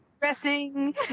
Dressing